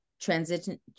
transition